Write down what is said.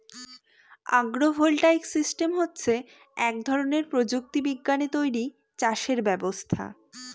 আগ্র voltaic system হচ্ছে এক ধরনের প্রযুক্তি বিজ্ঞানে তৈরী চাষের ব্যবস্থা